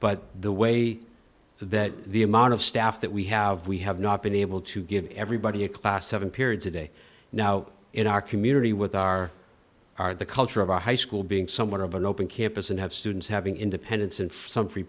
but the way that the amount of staff that we have we have not been able to give everybody a class seven periods a day now in our community with our our the culture of our high school being somewhat of an open campus and have students having independence and some free